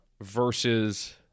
versus